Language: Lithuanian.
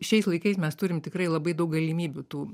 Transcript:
šiais laikais mes turim tikrai labai daug galimybių tų